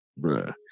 bruh